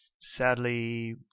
sadly